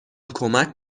کمک